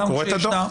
אני קורא את הדוח.